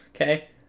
okay